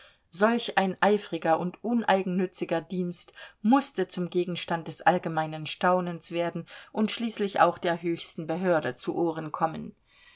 solch ein eifriger und uneigennütziger dienst mußte zum gegenstand des allgemeinen staunens werden und schließlich auch der höchsten behörde zu ohren kommen